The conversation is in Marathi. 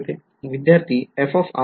विध्यार्थी fr